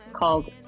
Called